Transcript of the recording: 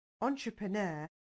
entrepreneur